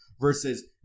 versus